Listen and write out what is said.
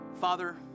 Father